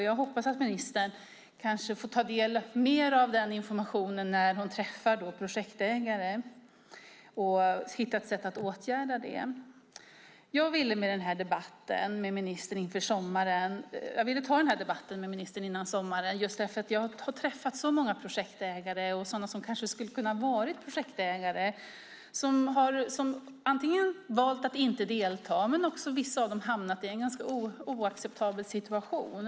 Jag hoppas att ministern får ta del av mer information när hon träffar projektägare och hittar ett sätt att åtgärda detta. Jag ville ta den här debatten med ministern före sommaren just för att jag har träffat så många projektägare och sådana som kanske skulle ha kunnat vara projektägare som antingen har valt att inte delta eller har hamnat i en ganska oacceptabel situation.